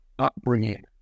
Upbringing